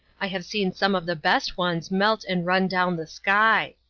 i have seen some of the best ones melt and run down the sky.